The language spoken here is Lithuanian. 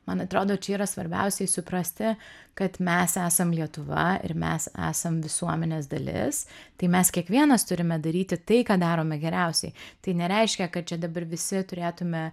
man atrodo čia yra svarbiausia jį suprasti kad mes esam lietuva ir mes esam visuomenės dalis tai mes kiekvienas turime daryti tai ką darome geriausiai tai nereiškia kad čia dabar visi turėtume